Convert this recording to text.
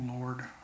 Lord